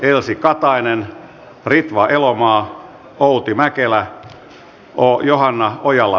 elsi katainen ritva elomaa outi mäkelä och johanna ojala